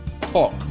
talk